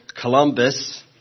Columbus